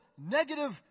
negative